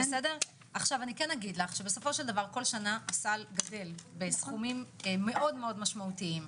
כל שנה הסל גדל בסכומים מאוד משמעותיים.